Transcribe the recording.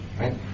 right